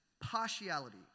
partiality